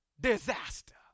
disaster